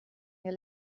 your